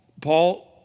Paul